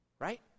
Right